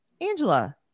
Angela